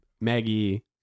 Maggie